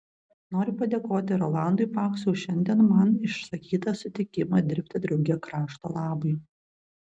noriu padėkoti rolandui paksui už šiandien man išsakytą sutikimą dirbti drauge krašto labui